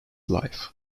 life